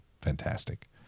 fantastic